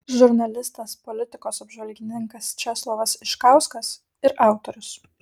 žurnalistas politikos apžvalgininkas česlovas iškauskas ir autorius